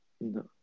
no